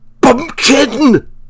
bumpkin